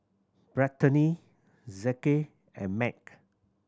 Brittanie Zeke and Mack